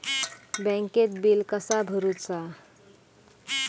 बँकेत बिल कसा भरुचा?